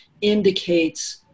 indicates